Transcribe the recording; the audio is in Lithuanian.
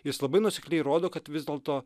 jis labai nuosekliai rodo kad vis dėlto